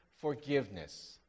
forgiveness